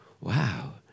Wow